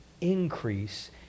increase